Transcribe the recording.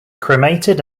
cremated